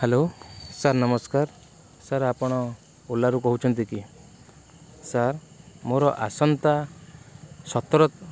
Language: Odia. ହ୍ୟାଲୋ ସାର୍ ନମସ୍କାର ସାର୍ ଆପଣ ଓଲାରୁ କହୁଛନ୍ତି କି ସାର୍ ମୋର ଆସନ୍ତା ସତର